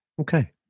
Okay